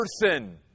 person